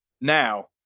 now